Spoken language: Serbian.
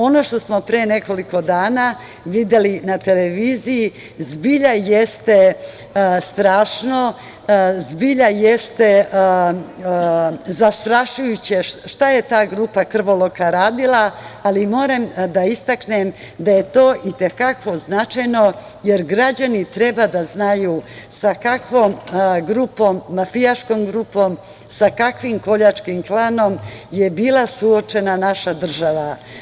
Ono što smo, pre nekoliko dana videli na televiziji, zbilja jeste strašno, zbilja jeste zastrašujuće, šta je ta grupa krvoloka radila, ali moram da istaknem da je to i te kako značajno, jer građani treba da znaju sa kakvom grupom, mafijaškom grupom, sa kakvim koljačkim klanom je bila suočena naša država.